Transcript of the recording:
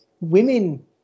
women